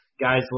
guys